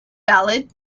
valid